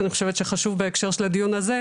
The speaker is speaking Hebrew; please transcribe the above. אני חושבת שחשוב בהקשר של הדיון הזה,